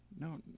No